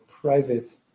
private